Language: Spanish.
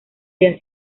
día